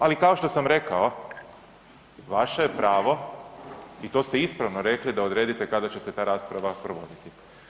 Ali kao što sam rekao, vaše je pravo i to ste ispravno rekli da odredite kada će se ta rasprava provoditi.